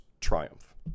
triumph